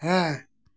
ᱦᱮᱸ